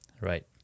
right